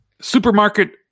Supermarket